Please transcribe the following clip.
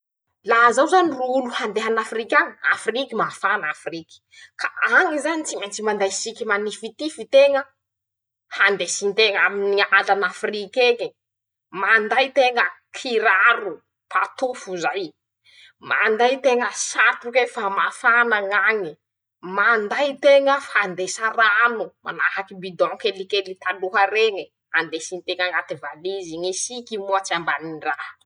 Laha zaho zany ro olo handeha an'Afrika añy, afriky mafana afriky, ka añy zany tsy mentsy manday siky manifitify teña handesinteña amin'alan'afrik'eñe, manday teña kiraro patofo zay, manday teña satroke fa mafana ñañy, manday teña bidô fandesa rano manahaky bidô kelikely taloha reñe, andesinteña añaty valizy, ñy siky moa tsy ambanindraha.